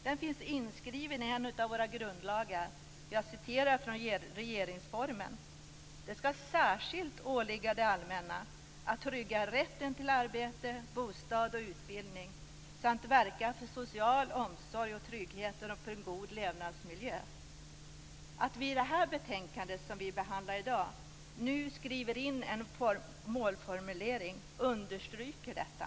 Den finns inskriven i en av våra grundlagar. Jag citerar ur regeringsformen: "Det skall särskilt åligga det allmänna att trygga rätten till arbete, bostad och utbildning samt att verka för social omsorg och trygghet och för en god levnadsmiljö." Att vi i det betänkande som vi behandlar i dag skriver in en målformulering understryker detta.